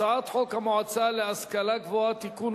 הצעת חוק המועצה להשכלה גבוהה (תיקון,